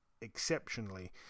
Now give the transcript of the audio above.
Exceptionally